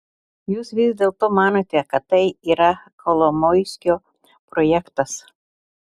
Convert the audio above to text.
jūs vis dėlto manote kad tai yra kolomoiskio projektas